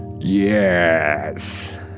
Yes